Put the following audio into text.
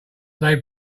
they